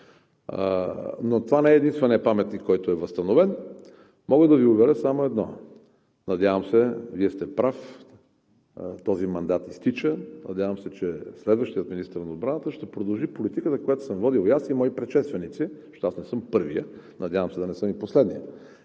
Но това не е единственият паметник, който е възстановен. Мога да Ви уверя само в едно: Вие сте прав, че този мандат изтича, но се надявам, че следващият министър на отбраната ще продължи политиката, която съм водил аз и мои предшественици. Защото аз не съм първият, надявам се да не съм и последният,